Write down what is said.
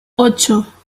ocho